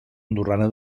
andorrana